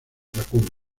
vacuno